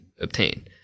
obtain